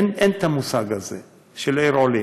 אין את המושג הזה "עיר עולים".